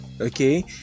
okay